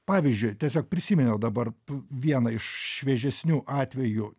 pavyzdžiui tiesiog prisiminiau dabar vieną iš šviežesnių atvejų